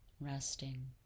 resting